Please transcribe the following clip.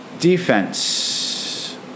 Defense